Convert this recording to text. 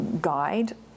guide